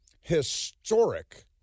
historic